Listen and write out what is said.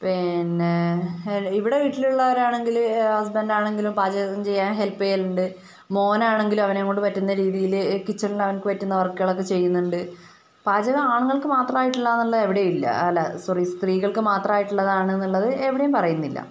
പിന്നെ ഇവിടെ വീട്ടിലുള്ളവരാണെങ്കില് ഹസ്ബന്റ് ആണെങ്കിലും പാചകം ചെയ്യാൻ ഹെൽപ്പ് ചെയ്യലുണ്ട് മോനാണെങ്കിലും അവനെക്കൊണ്ട് പറ്റുന്ന രീതിയില് കിച്ചണില് അവനൊക്കെ പറ്റുന്ന വർക്കുകളൊക്കെ ചെയ്യുന്നുണ്ട് പാചകം ആണുങ്ങൾക്ക് മാത്രമായിട്ടുള്ളത് മാത്രമായിട്ടുള്ളതാണെന്നുള്ളത് എവിടെയും ഇല്ല അല്ല സോറി സ്ത്രീകൾക്ക് മാത്രമായിട്ടുള്ളത് ആണ് എന്നുള്ളത് എവിടെയും പറയുന്നില്ല